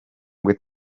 with